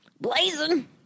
Blazing